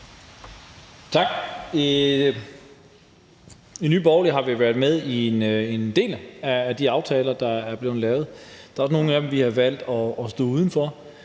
Tak. I Nye Borgerlige har vi været med i en del af de aftaler, der er blevet lavet, og der er også nogle af dem, vi har valgt at stå udenfor.